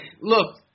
look